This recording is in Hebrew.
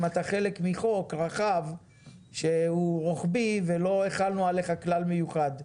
אם אתה חלק מחוק רחב שהוא רוחבי ולא החלנו עליך כלל מיוחד.